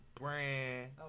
brand